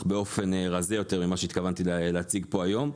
באופן רזה יותר ממה שהתכוונתי להציג פה היום.